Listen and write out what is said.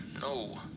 no